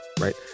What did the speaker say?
right